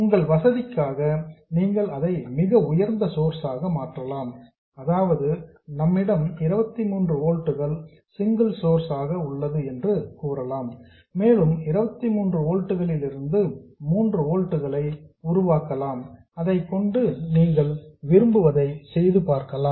உங்கள் வசதிக்காக நீங்கள் அதை மிக உயர்ந்த சோர்ஸ் ஆக மாற்றலாம் அதாவது நம்மிடம் 23 ஓல்ட்ஸ் சிங்கிள் சோர்ஸ் ஆக உள்ளது என்று கூறலாம் மேலும் 23 ஓல்ட்ஸ் லிருந்து 3 ஓல்ட்ஸ் களை உருவாக்கலாம் அதைக்கொண்டு நீங்கள் விரும்புவதை செய்து பார்க்கலாம்